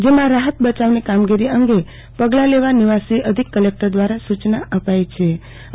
જેમા રાહત બયાવની કમાગીરી અંગે પગલાં લેવા નિવાસી અધિક કલેકટર દ્રારા સૂ ચના પાઈછે